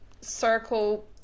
circle